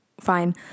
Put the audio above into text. fine